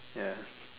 ya